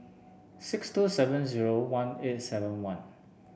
six two seven zero one eight seven one